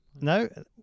No